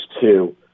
two